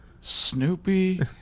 Snoopy